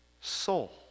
soul